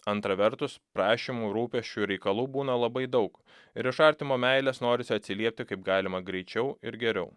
antra vertus prašymų rūpesčių reikalų būna labai daug ir iš artimo meilės norisi atsiliepti kaip galima greičiau ir geriau